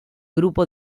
grupo